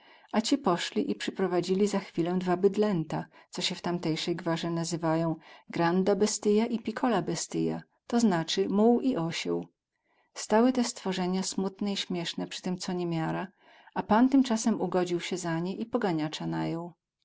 a ci pośli i przyprowadzili za chwilę dwa bydlęta co sie w tamtejsej gwarze nazywają granda bestyja i pikola bestyja to znacy muł i osieł stały te stworzenia smutne i śmiesne przy tym co niemiara a pan tymcasem ugodził sie za nie i poganiaca najął